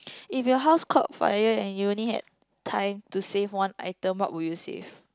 if your house caught fire and you only have time to save one item what would you save